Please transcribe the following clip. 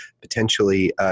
potentially